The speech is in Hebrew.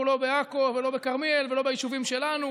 לא בעכו ולא בכרמיאל ולא ביישובים שלנו.